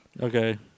Okay